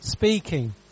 Speaking